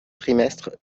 trimestres